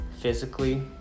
physically